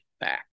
back